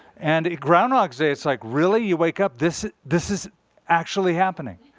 and groundhog day. it's like, really? you wake up, this this is actually happening.